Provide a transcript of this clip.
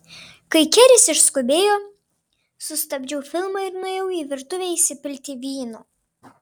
kai keris išskubėjo sustabdžiau filmą ir nuėjau į virtuvę įsipilti vyno